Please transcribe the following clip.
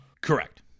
Correct